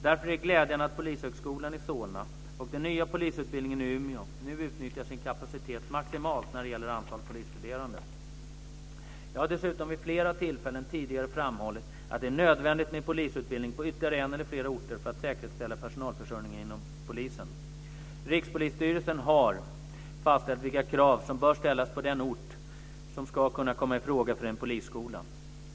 Därför är det glädjande att Polishögskolan i Solna och den nya polisutbildningen i Umeå nu utnyttjar sin kapacitet maximalt när det gäller antal polisstuderande. Jag har dessutom vid flera tillfällen tidigare framhållit att det är nödvändigt med polisutbildning på ytterligare en eller flera orter för att säkerställa personalförsörjningen inom polisen. Rikspolisstyrelsen har fastställt vilka krav som bör ställas på den ort som ska kunna komma i fråga för en polisskola.